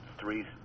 three